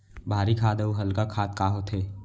भारी खाद अऊ हल्का खाद का होथे?